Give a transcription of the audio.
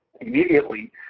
immediately